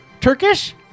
Turkish